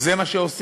זה מה שעושים?